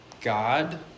God